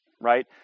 right